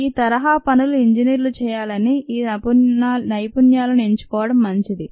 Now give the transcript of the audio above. ఈ తరహా పనులు ఇంజినీర్లు చేయాలని ఈ నైపుణ్యాలను ఎంచుకోవడం మంచిది